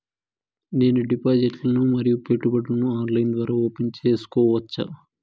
నేను డిపాజిట్లు ను మరియు పెట్టుబడులను ఆన్లైన్ ద్వారా ఓపెన్ సేసుకోవచ్చా?